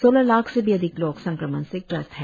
सोलह लाख से भी अधिक लोग संक्रमण से ग्रस्त हैं